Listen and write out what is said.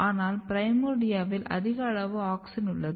ஆனால் பிரைமோர்டியாவில் அதிக அளவு ஆக்ஸின் உள்ளது